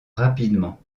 rapidement